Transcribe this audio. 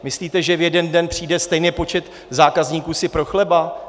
Myslíte, že v jeden den si přijde stejný počet zákazníků pro chleba?